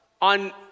on